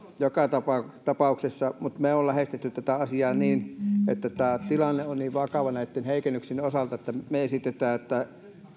joka tapauksessa tapauksessa mutta me olemme lähestyneet tätä asiaa niin että tämä tilanne on niin vakava näitten heikennyksien osalta että me esitämme että